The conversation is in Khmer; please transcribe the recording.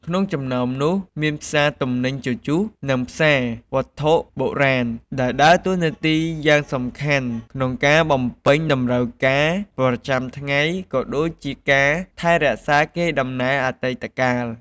ក្នុងចំណោមនោះ មានផ្សារទំនិញជជុះ និងផ្សារវត្ថុបុរាណ ដែលដើរតួនាទីយ៉ាងសំខាន់ក្នុងការបំពេញតម្រូវការប្រចាំថ្ងៃ ក៏ដូចជាការថែរក្សាកេរដំណែលអតីតកាល។